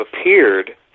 appeared